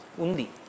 Undi